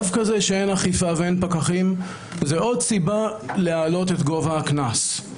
דווקא זה שאין אכיפה ואין פקחים זו עוד סיבה להעלות את גובה הקנס.